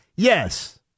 Yes